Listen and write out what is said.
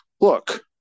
look